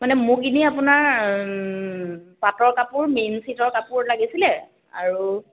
মানে মোক এনেই আপোনাৰ পাটৰ কাপোৰ মেইন ছেটৰ কাপোৰ লাগিছিলে আৰু